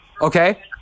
Okay